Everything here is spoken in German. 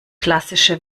klassische